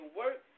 work